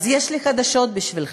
אז יש לי חדשות בשבילכם: